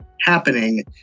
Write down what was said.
happening